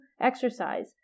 exercise